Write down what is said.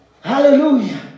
Hallelujah